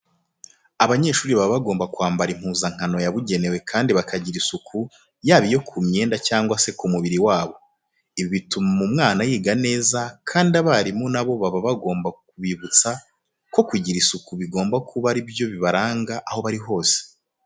Abanyeshuri baba bagomba kwambara impuzankano yabugenewe kandi bakagira isuku, yaba iyo ku myenda cyangwa se ku mubiri wabo. Ibi bituma umwana yiga neza kandi abarimu na bo baba bagomba kubibutsa ko kugira isuku bigomba kuba ari byo bibaranga aho bari hose.